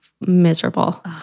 miserable